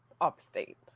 upstate